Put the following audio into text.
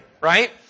right